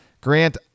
Grant